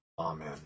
Amen